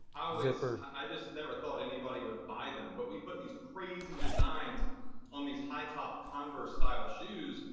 i always, i just never thought anybody would buy them. but we put these crazy designs on these high top converse-style shoes,